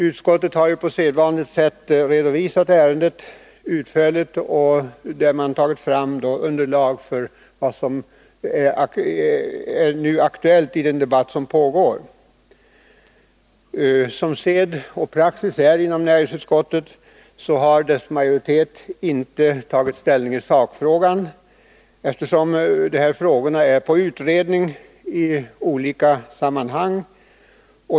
Utskottet har på sedvanligt sätt redovisat ärendet utförligt och tagit fram underlag för vad som är aktuellt i den debatt som nu pågår. Som sed och praxis är inom näringsutskottet har dess majoritet nu inte tagit ställning i sakfrågan, eftersom denna är under utredning i olika sammanhang.